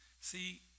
See